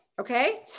Okay